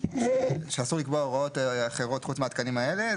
שאסור לקבוע הוראות אחרות חוץ מהתקנים האלה.